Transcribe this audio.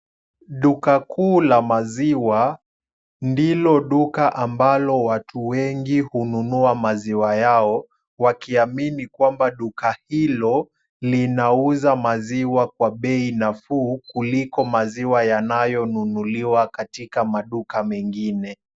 Duka kuu la maziwa ndilo duka ambalo watu wengi hununua maziwa yao wakiamini kwamba duka hilo linauza maziwa kwa bei nafuu kuliko maziwa yanayonunuliwa katika maduka mengine.